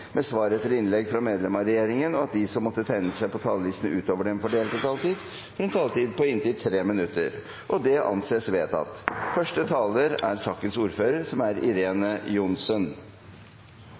med svar etter innlegg fra medlemmer av regjeringen, og at de som måtte tegne seg på talerlisten utover den fordelte taletid, får en taletid på inntil 3 minutter. – Det anses vedtatt. I juni i år vedtok Stortinget innlemmelse av rettsaktene som